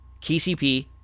KCP